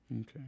Okay